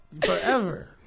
Forever